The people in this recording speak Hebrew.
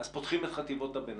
אז פותחים את חטיבות הביניים,